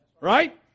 right